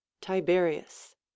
tiberius